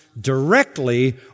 directly